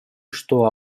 что